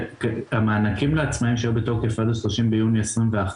המענקים לעצמאים שהיו בתוקף עד ה-30 ביוני 2021